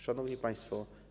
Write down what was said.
Szanowni Państwo!